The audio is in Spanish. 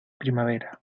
primavera